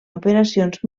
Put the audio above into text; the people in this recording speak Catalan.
operacions